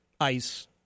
ICE